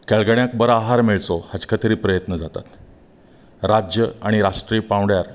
खेळगड्याक बरा आहार मेळचो हाजे खातीरय प्रयत्न जातात राज्य आनी राष्ट्रीय पांवड्यार